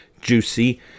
juicy